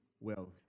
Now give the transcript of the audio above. wealth